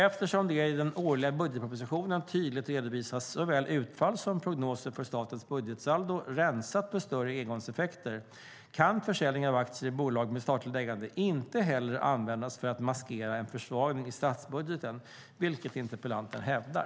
Eftersom det i den årliga budgetpropositionen tydligt redovisas såväl utfall som prognoser för statens budgetsaldo rensat för större engångseffekter kan försäljning av aktier i bolag med statligt ägande inte heller användas för att maskera en försvagning av statsbudgeten, vilket interpellanten hävdar.